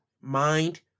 Mind